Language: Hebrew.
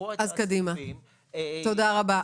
תודה רבה.